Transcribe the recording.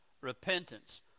repentance